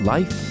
Life